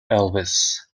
elvis